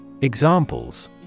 Examples